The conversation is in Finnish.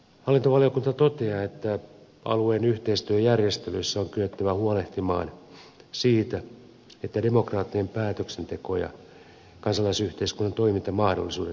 hallintovaliokunta toteaa että alueen yhteistyöjärjestelyissä on kyettävä huolehtimaan siitä että demokraattinen päätöksenteko ja kansalaisyhteiskunnan toimintamahdollisuudet eivät vaarannu